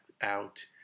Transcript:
out